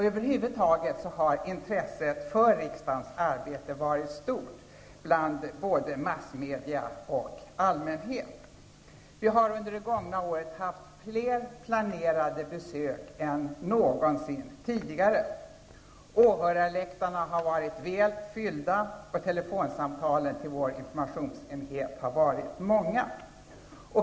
Över huvud taget har intresset för riksdagens arbete varit stort från både massmedia och allmänhet. Vi har under det gångna året haft fler planerade besök än någonsin tidigare. Åhörarläktarna har varit väl fyllda och telefonsamtalen till vår informationsenhet har varit många.